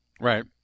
Right